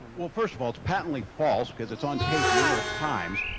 well first of all, it's patently false because it's on tape. numerous times.